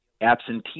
absentee